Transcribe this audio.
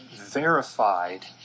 verified